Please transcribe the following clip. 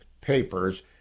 papers